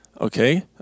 okay